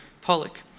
Pollock